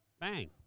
Bang